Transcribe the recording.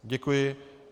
Děkuji.